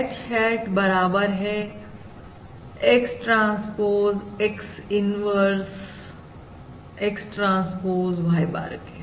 H hat बराबर है X transpose X inverse X transpose Y bar के